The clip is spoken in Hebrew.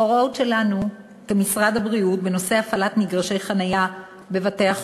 ההוראות שלנו כמשרד הבריאות בנושא הפעלת מגרשי חניה בבתי-החולים